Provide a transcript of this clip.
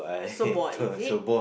so bored is it